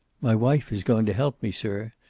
my wife is going to help me, sir.